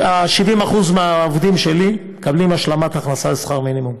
70% מהעובדים שלי מקבלים השלמת הכנסה לשכר מינימום.